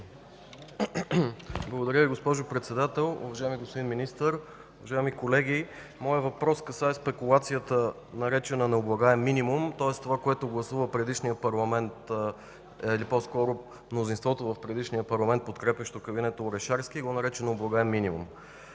Благодаря Ви, госпожо Председател. Уважаеми господин Министър, уважаеми колеги! Въпросът ми касае спекулацията наречена „необлагаем минимум”, тоест това, което предишният парламент или по-скоро мнозинството в предишния парламент, подкрепящо кабинета Орешарски, гласува и го нарече „необлагаем минимум”.